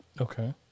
Okay